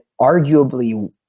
arguably